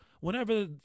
whenever